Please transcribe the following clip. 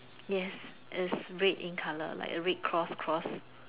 yes it's red in colour like a red cross cross